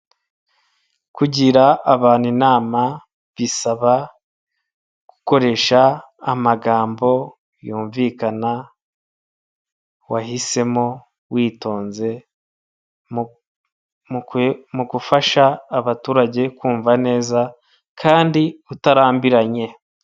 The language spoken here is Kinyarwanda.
Kugira abantu inama bisaba gukoresha amagambo yumvikana ,wahisemo witonze mu gufasha abaturage kumva neza kandi utarambiranye.